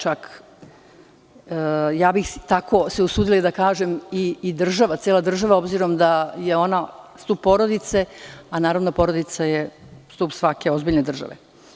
Čak bih se usudila da kažem i cela država, obzirom da je ona stub porodice, a porodica je stub svake ozbiljne države.